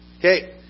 Okay